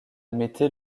mettait